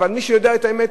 אבל מי שיודע את האמת,